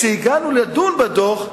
כשהגענו לדון בדוח,